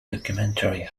documentary